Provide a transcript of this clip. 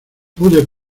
pude